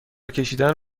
کشیدن